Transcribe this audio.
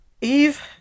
Eve